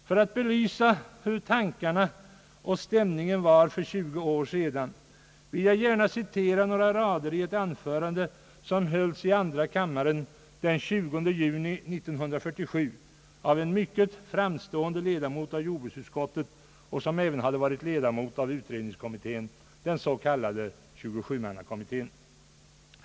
För att belysa hur tankarna och stämningen var för tjugo år sedan vill jag gärna citera några rader ur ett anförande som hölls i andra kammaren den 20 juni 1947 av en mycket framstående ledamot av jordbruksutskottet, även ledamot av utredningskommittén, den s.k. 27-mannakommittén.